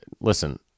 Listen